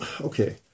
okay